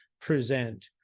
present